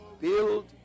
build